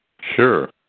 Sure